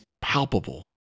palpable